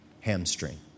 hamstring